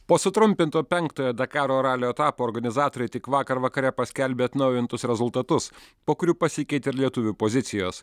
po sutrumpinto penktojo dakaro ralio etapo organizatoriai tik vakar vakare paskelbė atnaujintus rezultatus po kurių pasikeitė ir lietuvių pozicijos